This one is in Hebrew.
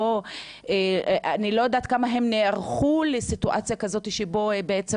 אני לא יודעת כמה הם נערכו לסיטואציה כזאת שבה הם בעצם